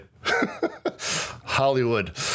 Hollywood